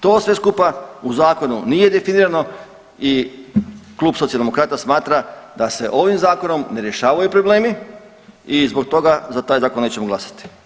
To sve skupa u zakonu nije definirano i Klub Socijaldemokrata smatra da se ovim zakonom ne rješavaju problemi i zbog toga za taj zakon nećemo glasati.